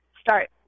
start